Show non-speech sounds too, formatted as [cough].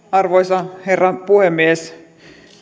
[unintelligible] arvoisa herra puhemies